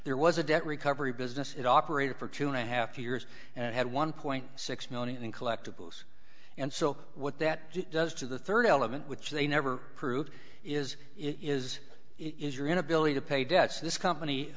there was a debt recovery business it operated for two and a half years and had one point six million in collectibles and so what that does to the third element which they never prove is it is it is your inability to pay debts this company